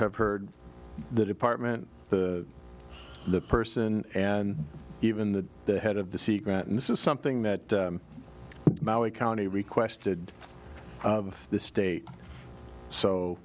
have heard the department the person and even the head of the secret and this is something that maui county requested of the state so